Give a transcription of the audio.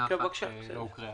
לנהל